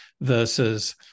versus